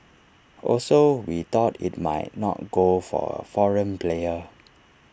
also we thought IT might not go for A foreign player